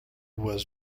was